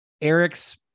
Eric's